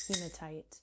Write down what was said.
Hematite